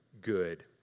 good